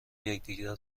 یکدیگر